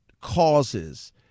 causes